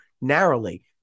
narrowly